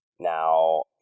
Now